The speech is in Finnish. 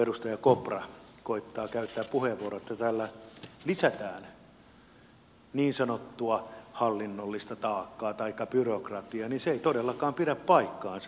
edustaja kopra koettaa väittää käyttämässään puheenvuorossa että tällä lisätään niin sanottua hallinnollista taakkaa taikka byrokratiaa mutta se ei todellakaan pidä paikkaansa